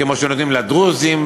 כמו שנותנים לדרוזים,